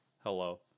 hello